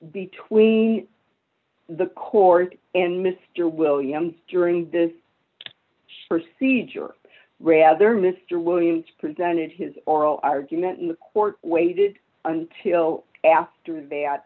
between the court and mr williams during this proceed your rather mr williams presented his oral argument in the court waited until after th